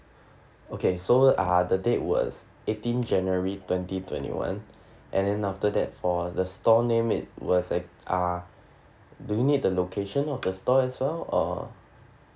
okay so uh the date was eighteen january twenty twenty one and then after that for the store name it was act~ uh do you need the location of the store as well or